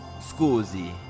Scusi